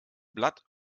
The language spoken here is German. blatt